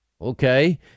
Okay